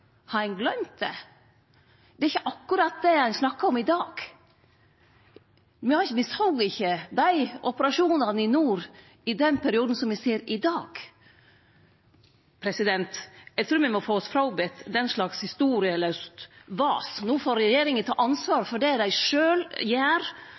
Har ein gløymt det? Det er ikkje akkurat det ein snakkar om i dag. Me såg ikkje i den perioden dei operasjonane i nord som me ser i dag. Eg trur me må be om å få sleppe å høyre den slags historielaust vas. No får regjeringa ta